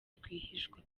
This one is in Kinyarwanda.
rwihishwa